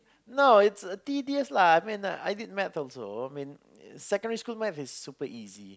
no it's no it's tedious lah I mean I did maths also secondary maths is super easy